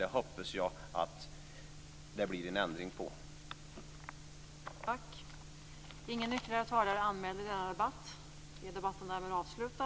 Jag hoppas att det blir en ändring på det.